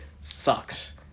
sucks